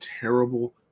terrible